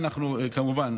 כמובן,